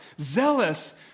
zealous